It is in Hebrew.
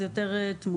אז יותר תמונות.